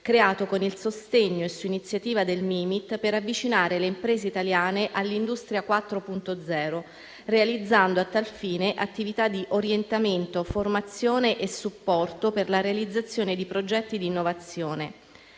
creato con il sostegno e su iniziativa del MIMIT per avvicinare le imprese italiane all'Industria 4.0, realizzando, a tal fine, attività di orientamento, formazione e supporto per la realizzazione di progetti di innovazione.